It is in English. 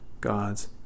God's